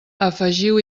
afegiu